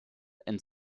and